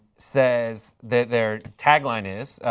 says, their their tagline is,